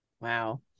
Wow